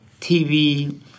TV